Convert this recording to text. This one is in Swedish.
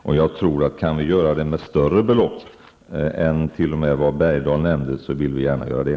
Kan vi göra det, t.o.m. med större belopp än vad Leif Bergdahl nämnde, vill vi gärna göra det.